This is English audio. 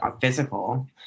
physical